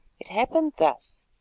it happened thus.